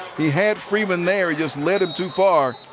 he had freeman there, just led him too far.